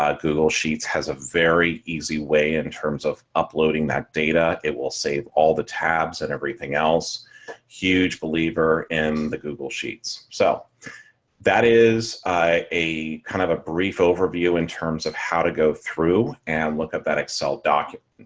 ah google sheets has a very easy way in terms of uploading that data, it will save all the tabs and everything else huge believer in the google sheets, so that is a kind of a brief overview, in terms of how to go through and look up that excel document.